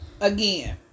again